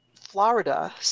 Florida